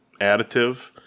additive